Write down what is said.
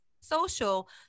social